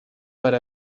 per